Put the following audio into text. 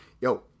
Yo